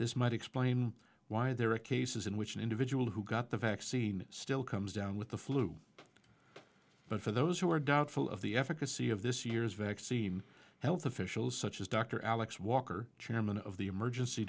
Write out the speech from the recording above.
this might explain why there are cases in which an individual who got the vaccine still comes down with the flu but for those who are doubtful of the efficacy of this year's vaccine health officials such as dr alex walker chairman of the emergency